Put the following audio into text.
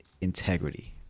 integrity